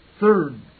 Third